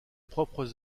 propres